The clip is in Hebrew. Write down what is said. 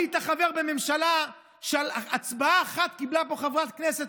היית חבר בממשלה שעל הצבעה אחת קיבלה פה חברת כנסת